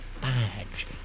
badge